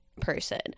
person